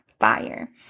fire